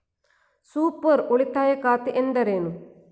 Super ಉಳಿತಾಯ ಖಾತೆ ಎಂದರೇನು?